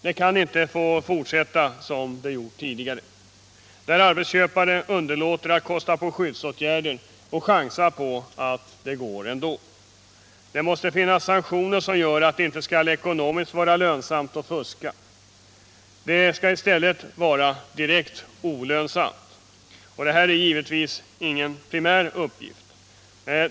Det kan inte fortsätta som det varit tidigare — att arbetsköpare underlåter att kosta på skyddsåtgärder och chansar på att det går ändå. Det måste finnas sanktioner som gör att det inte skall vara ekonomiskt lönsamt att fuska — det skall i stället vara direkt olönsamt. Sanktionerna har givetvis ingen primär uppgift.